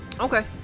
Okay